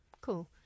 Cool